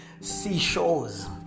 seashores